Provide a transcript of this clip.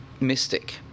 mystic